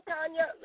Tanya